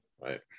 Right